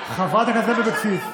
חברת הכנסת אורלי לוי אבקסיס.